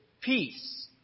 peace